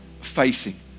facing